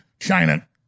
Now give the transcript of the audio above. China